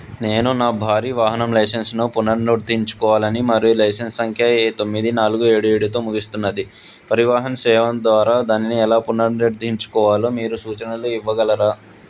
నేను నా భారీ వాహనం లైసెన్స్ను పునరుద్ధరించుకోవాలని మరియు లైసెన్స్ సంఖ్య తొమ్మిది నాలుగు ఏడు ఏడుతో ముగిస్తున్నది పరివాహన్ సేవన్ ద్వారా దానిని ఎలా పునరుద్ధరించుకోవాలో మీరు సూచనలు ఇవ్వగలరా